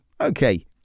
Okay